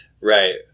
right